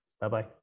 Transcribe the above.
Bye-bye